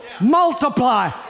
multiply